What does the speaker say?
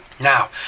Now